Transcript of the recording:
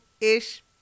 ish